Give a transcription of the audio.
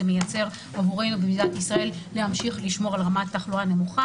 מייצר עבורנו במדינת ישראל להמשיך לשמור על רמת תחלואה נמוכה.